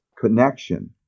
connection